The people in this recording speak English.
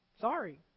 Sorry